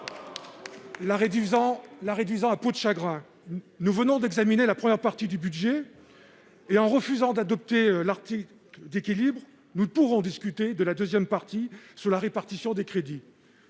la réduisant à peau de chagrin. Nous venons d'examiner la première partie du budget. En refusant d'adopter l'article d'équilibre, nous ne pourrons pas débattre de la deuxième partie sur la répartition des crédits.